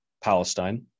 Palestine